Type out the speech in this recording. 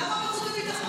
למה בחוץ וביטחון?